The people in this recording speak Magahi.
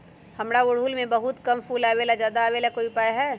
हमारा ओरहुल में बहुत कम फूल आवेला ज्यादा वाले के कोइ उपाय हैं?